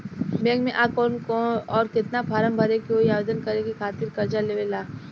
Bank मे आ के कौन और केतना फारम भरे के होयी आवेदन करे के खातिर कर्जा लेवे ला?